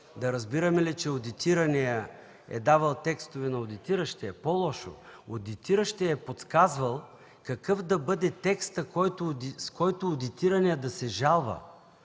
да разбираме ли, че одитираният е давал текстове на одитиращия? По-лошо – отидиращият е подсказвал какъв да бъде текстът, с който одитираният да се жалва.